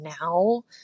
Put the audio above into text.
now